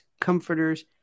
comforters